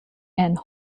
and